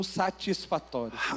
satisfatório